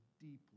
deeply